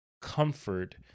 comfort